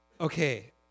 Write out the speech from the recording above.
okay